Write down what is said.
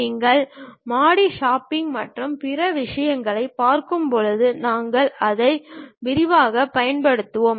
நீங்கள் மாடி ஷாப்பிங் மற்றும் பிற விஷயங்களைப் பார்க்கும்போது நாங்கள் அதை விரிவாகப் பயன்படுத்துவோம்